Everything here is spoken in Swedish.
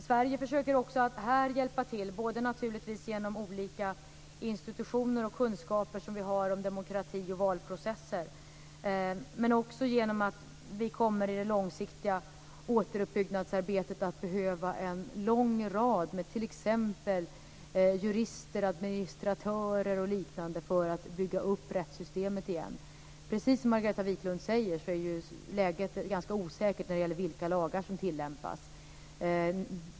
Sverige försöker också att hjälpa till med detta, både genom olika institutioner och med kunskaper som vi har om demokrati och valprocesser. I det långsiktiga återuppbyggnadsarbetet kommer också en lång rad med jurister, administratörer och liknande att behövas för att bygga upp rättssystemet igen. Precis som Margareta Viklund säger är läget ganska osäkert när det gäller vilka lagar som tillämpas.